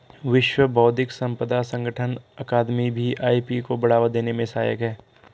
विश्व बौद्धिक संपदा संगठन अकादमी भी आई.पी को बढ़ावा देने में सहायक है